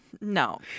No